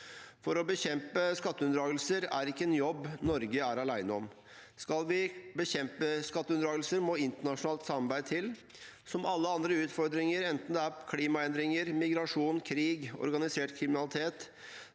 Å bekjempe skatteunndragelser er ikke en jobb Norge er alene om. Skal vi bekjempe skatteunndragelser, må internasjonalt samarbeid til. Som med alle andre utfordringer – enten det er klimaendringer, migrasjon, krig eller organisert kriminalitet